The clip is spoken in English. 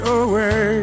away